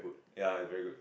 ya it's very good